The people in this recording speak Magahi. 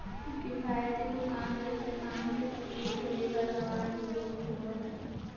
किफ़ायती दुकान जैसे पान के टपरी, फेरी वाला और भी बहुत होबा हइ